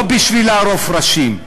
לא בשביל לערוף ראשים,